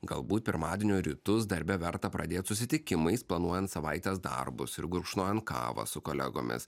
galbūt pirmadienio rytus darbe verta pradėt susitikimais planuojan savaitės darbus ir gurkšnojan kavą su kolegomis